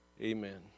amen